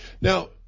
Now